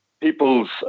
people's